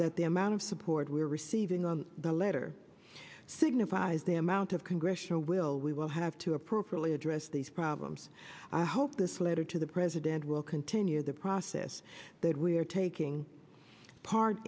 that the amount of support we are receiving on the letter signifies the amount of congressional will we will have to appropriately address these problems i hope this letter to the president will continue the process that we are taking part